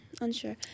unsure